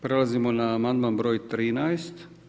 Prelazimo na amandman br. 13.